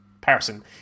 person